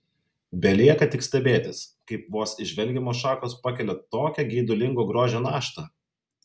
belieka tik stebėtis kaip vos įžvelgiamos šakos pakelia tokią geidulingo grožio naštą